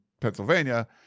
Pennsylvania